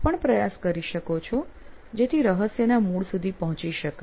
આપ પણ પ્રયાસ કરી શકો છો જેથી રહસ્યના મૂળ સુધી પહોંચી શકાય